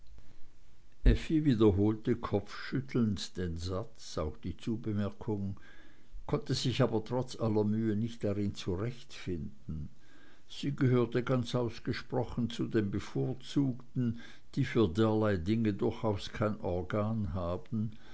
wiederholte kopfschüttelnd den satz auch die zubemerkung konnte sich aber trotz aller mühe nicht drin zurechtfinden sie gehörte ganz ausgesprochen zu den bevorzugten die für derlei dinge durchaus kein organ haben